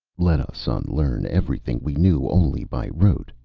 let us unlearn everything we knew only by rote,